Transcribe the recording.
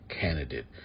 candidate